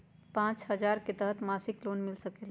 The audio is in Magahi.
पाँच हजार के तहत मासिक लोन मिल सकील?